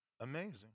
Amazing